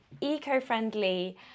eco-friendly